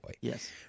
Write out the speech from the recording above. Yes